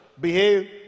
behave